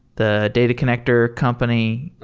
the data connector company.